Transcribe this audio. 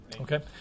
Okay